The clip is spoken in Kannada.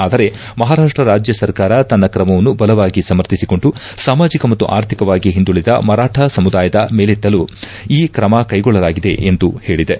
ಆದರೆ ಮಹಾರಾಷ್ಟ ರಾಜ್ಲ ಸರ್ಕಾರ ತನ್ನ ಕ್ರಮವನ್ನು ಬಲವಾಗಿ ಸಮರ್ಥಿಸಿಕೊಂಡು ಸಾಮಾಜಿಕ ಮತ್ತು ಆರ್ಥಿಕವಾಗಿ ಹಿಂದುಳಿದ ಮರಾಠ ಸಮುದಾಯದ ಮೇಲೆತ್ತಲು ಈ ಕ್ರಮಕ್ಕೆಗೊಳ್ಳಲಾಗಿದೆ ಎಂದು ಹೇಳಿತು